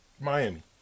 Miami